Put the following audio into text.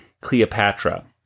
Cleopatra